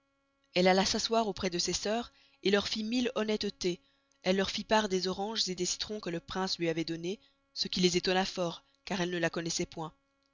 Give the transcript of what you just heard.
elle alla s'asseoir auprés de ses sœurs leur fit mille honnestetez elle leur fit part des oranges des citrons que le prince luy avoit donnez ce qui les estonna fort car elles ne la connoissoient point